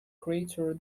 crater